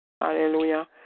Hallelujah